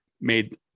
made